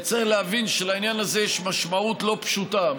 וצריך להבין שלעניין הזה יש משמעות לא פשוטה,